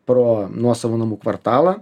pro nuosavų namų kvartalą